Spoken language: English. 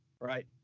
right